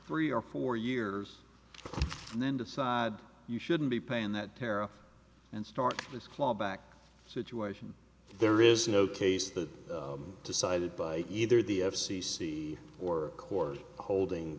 three or four years and then decide you shouldn't be paying that terror and start with claw back situation there is no case that decided by either the f c c or core holding